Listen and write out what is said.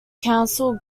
council